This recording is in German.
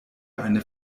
eine